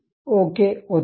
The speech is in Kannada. ಓಕೆ ಒತ್ತಿ